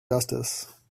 justice